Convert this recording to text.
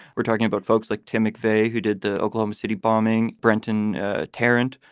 we're talking about folks like tim mcveigh who did the oklahoma city bombing. brenton tarrant,